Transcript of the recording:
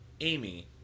amy